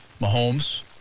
Mahomes